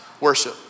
worship